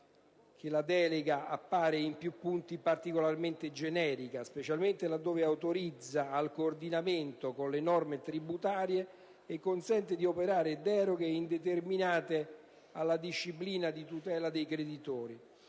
la delega appare in più punti particolarmente generica, specialmente là dove autorizza al coordinamento con le norme tributarie e consente di operare deroghe indeterminate alla disciplina di tutela dei creditori,